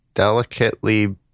delicately